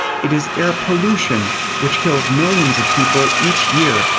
it is air pollution which kills millions of people each year,